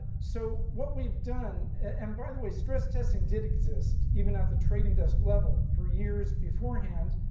so what we've done and by the way, stress testing did exist even at the trading desk level for years beforehand